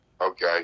Okay